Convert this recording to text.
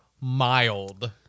mild